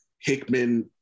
Hickman